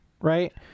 right